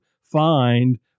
find